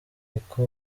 uko